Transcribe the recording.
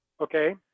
Okay